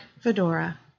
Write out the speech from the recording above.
fedora